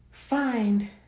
Find